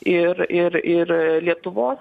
ir ir ir lietuvos